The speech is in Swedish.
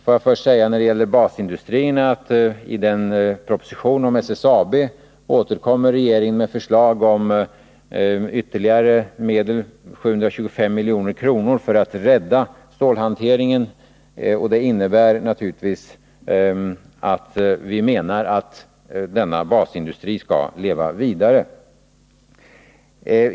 Får jag först säga när det gäller basindustrierna att regeringen i en proposition om SSAB återkommer med förslag om ytterligare medel, 725 milj.kr., för att rädda stålhanteringen. Det innebär naturligtvis att vi menar att denna basindustri skall leva vidare.